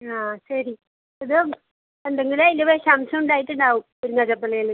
ആ ശരി ഇത് എന്തെങ്കിലും അതിൻ്റെ വിഷാംശം ഉണ്ടായിട്ട് ഉണ്ടാവും മുരിങ്ങാച്ചപ്പിലയിൽ